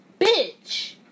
bitch